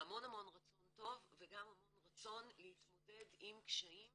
המון המון רצון טוב וגם המון רצון להתמודד עם קשיים